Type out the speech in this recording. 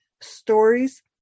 Stories